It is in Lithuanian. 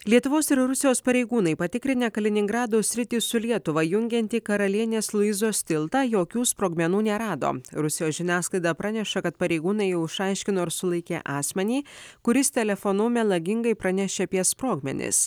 lietuvos ir rusijos pareigūnai patikrinę kaliningrado sritį su lietuva jungiantį karalienės luizos tiltą jokių sprogmenų nerado rusijos žiniasklaida praneša kad pareigūnai jau išaiškino ir sulaikė asmenį kuris telefonu melagingai pranešė apie sprogmenis